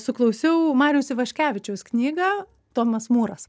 suklausiau mariaus ivaškevičiaus knygą tomas mūras